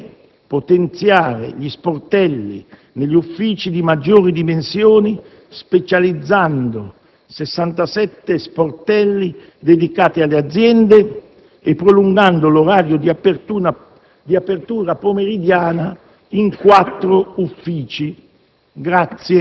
nonché potenziare gli sportelli negli uffici di maggiori dimensioni, specializzando 67 sportelli dedicati alle aziende e prolungando l'orario di apertura pomeridiana in 4 uffici.